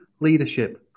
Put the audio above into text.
leadership